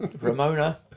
Ramona